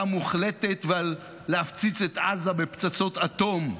מוחלטת ועל להפציץ את עזה בפצצות אטום.